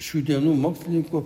šių dienų mokslininkų